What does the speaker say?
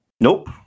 Nope